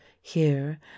Here